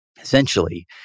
Essentially